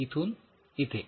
इथून इथे